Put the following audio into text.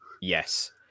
Yes